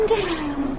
down